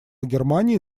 германии